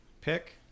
pick